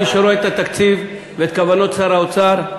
מי שרואה את התקציב ואת כוונות שר האוצר,